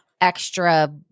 Extra